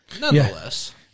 Nonetheless